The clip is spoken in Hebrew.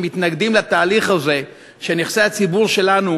שמתנגדים לתהליך הזה שנכסי הציבור שלנו